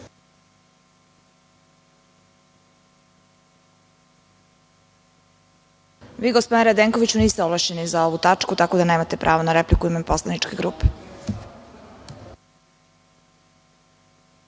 gospodine Radenkoviću, niste ovlašćeni za ovu tačku tako da nemate pravo na repliku u ime poslaničke grupe.